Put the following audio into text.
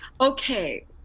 okay